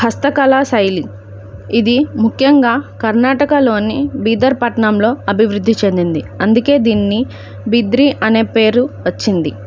హస్తకళా శైలి ఇది ముఖ్యంగా కర్ణాటకలోని బీదర్ పట్టణంలో అభివృద్ధి చెందింది అందుకే దీన్ని బిద్రీ అనే పేరు వచ్చింది